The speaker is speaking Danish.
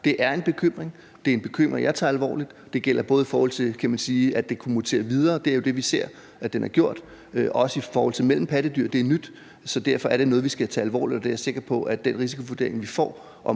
det er en bekymring, og det er en bekymring, jeg tager alvorligt – det gælder også, i forhold til at det, kan man sige, kunne mutere videre, for det er jo det, vi har set at den har gjort, og også mellem pattedyr; det er nyt. Så derfor er det noget, vi skal tage alvorligt, og jeg er sikker på, at den risikovurdering, vi får